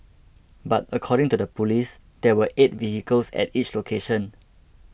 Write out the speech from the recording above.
but according to the police there were eight vehicles at each location